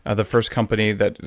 ah the first company that,